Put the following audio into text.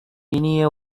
இனிய